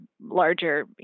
larger